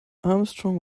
armstrong